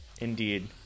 Indeed